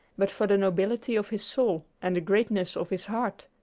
but for the nobility of his soul and the greatness of his heart.